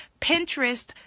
Pinterest